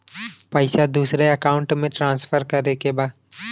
पैसा दूसरे अकाउंट में ट्रांसफर करें के बा?